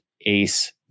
Ace